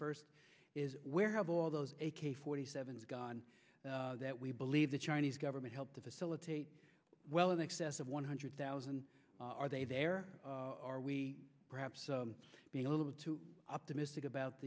first is where have all those a k forty seven s gone that we believe the chinese government helped to facilitate well in excess of one hundred thousand are they there are we perhaps being a little too optimistic about